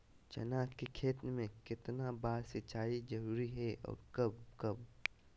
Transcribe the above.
चना के खेत में कितना बार सिंचाई जरुरी है और कब कब?